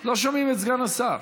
לא שומעים את סגן השר.